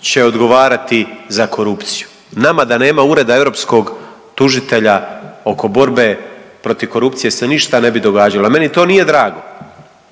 će odgovarati za korupciju. Nama da nema Ureda europskog tužitelja oko borbe protiv korupcije se ništa ne bi događalo, a meni to nije drago.